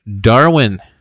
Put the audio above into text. Darwin